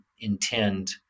intend